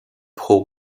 poor